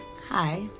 hi